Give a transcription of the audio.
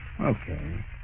Okay